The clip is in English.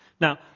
Now